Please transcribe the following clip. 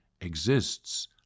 exists